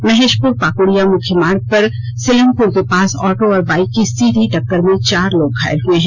महेशपुर पाकृड़िया मुख्य मार्ग पर सिलमपुर के पास ओटो और बाइक के सीधी टक्कर में चार लोग घायल हुए है